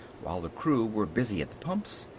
while the crew were busy at the pumps,